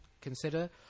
consider